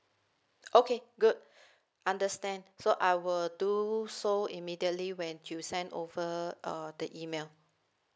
okay good understand so I will do so immediately when you send over uh the email